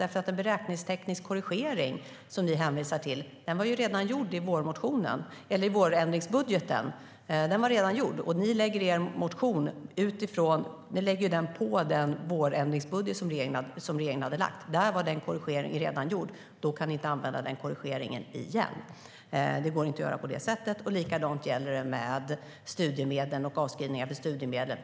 Den beräkningstekniska korrigering som ni hänvisar till var redan gjord i den vårändringsbudget som regeringen lade, och ni lägger er motion på den budgeten. Den korrigeringen var alltså redan gjord. Ni kan inte använda den igen. Det går inte att göra på det sättet. Detsamma gäller för studiemedel och avskrivningar för studiemedel.